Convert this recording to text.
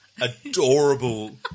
adorable